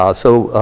um so,